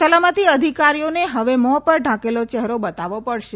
સલામતિ અધિકારીઓને હવે મોં પર ઢાકેલો ચહેરો બતાવવો પડશે